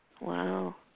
Wow